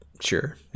Sure